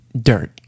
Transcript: dirt